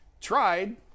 tried